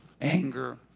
anger